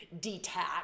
detach